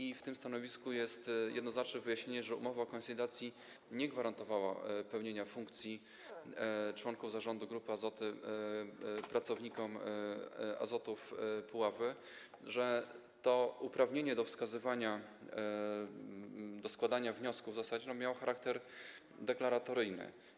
I w tym stanowisku jest jednoznaczne wyjaśnienie, że umowa o konsolidacji nie gwarantowała pełnienia funkcji członków zarządu Grupy Azoty pracownikom Grupy Azoty Puławy, że to uprawnienie do wskazywania, składania wniosków w zasadzie miało charakter deklaratywny.